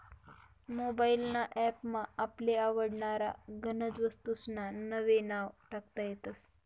mobile ना app मा आपले आवडनारा गनज वस्तूंस्ना नावे टाकता येतस